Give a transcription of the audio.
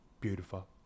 beautiful